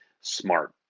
smart